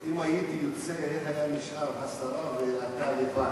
אם הייתי יוצא, היה נשאר השרה ואתה לבד.